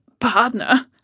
Partner